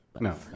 No